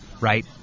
Right